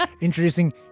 introducing